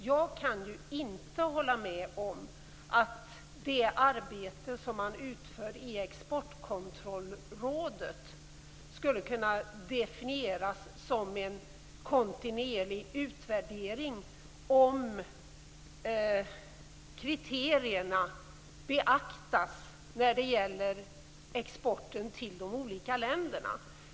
Jag kan inte hålla med om att det arbete man utför i Exportkontrollrådet skulle kunna definieras som en kontinuerlig utvärdering av om kriterierna för export till olika länder beaktas.